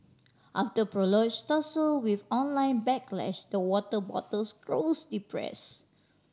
after prolonged tussle with online backlash the water bottles grows depress